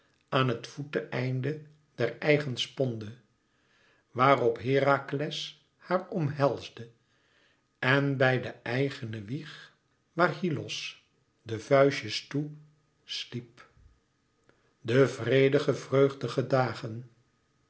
aan het voeteinde der eigen sponde waar op herakles haar omhelsde en bij de eigene wieg waar hyllos de vuistjes toe sliep de vredige vreugdige dagen